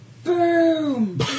BOOM